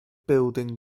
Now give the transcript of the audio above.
building